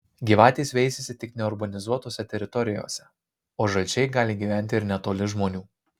gyvatės veisiasi tik neurbanizuotose teritorijose o žalčiai gali gyventi ir netoli žmonių